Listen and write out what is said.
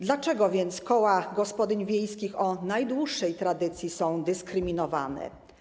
Dlaczego więc koła gospodyń wiejskich o najdłuższej tradycji są dyskryminowane?